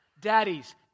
Daddies